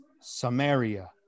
Samaria